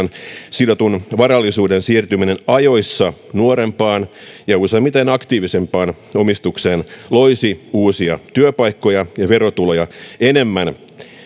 sidotun varallisuuden siirtyminen ajoissa nuorempaan ja useimmiten aktiivisempaan omistukseen loisi uusia työpaikkoja ja verotuloja enemmän